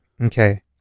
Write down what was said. Okay